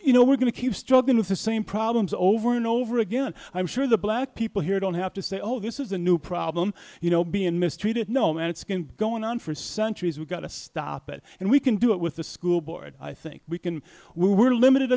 you know we're going to keep struggling with the same problems over and over again and i'm sure the black people here don't have to say oh this is a new problem you know being mistreated no man it's been going on for centuries we've got to stop it and we can do it with the school board i think we can we were limited